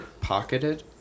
pocketed